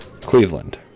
Cleveland